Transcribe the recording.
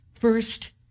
First